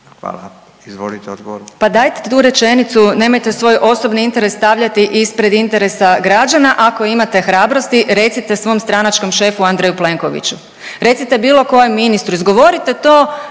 Hvala. Izvolite gospođo